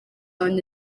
wanjye